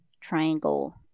triangle